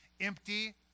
empty